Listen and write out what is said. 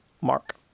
Mark